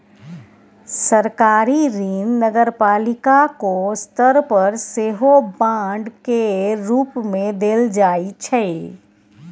सरकारी ऋण नगरपालिको स्तर पर सेहो बांड केर रूप मे देल जाइ छै